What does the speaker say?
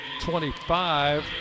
25